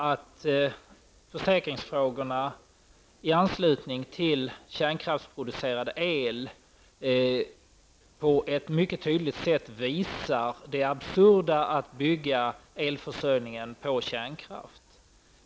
De försäkringsfrågor som aktualiseras vid kärnkraftsproducerad el visar på ett mycket tydligt sätt det absurda i att bygga elförsörjningen på kärnkraft.